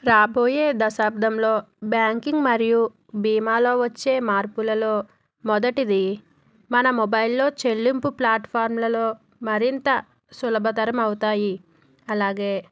రాబోయే దశాబ్దంలో బ్యాంకింగ్ మరియు బీమాలో వచ్చే మార్పులలో మొదటిది మన మొబైల్లో చెల్లింపు ప్లాట్ఫార్మ్లలో మరింత సులభతరం అవుతాయి అలాగే